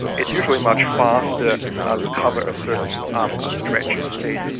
it's usually much faster ah to cover a certain um ah stretch of space,